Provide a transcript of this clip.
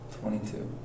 Twenty-two